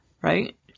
Right